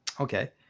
Okay